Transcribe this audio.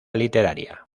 literaria